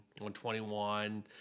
121